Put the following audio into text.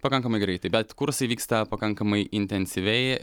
pakankamai greitai bet kursai vyksta pakankamai intensyviai